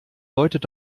deutet